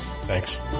thanks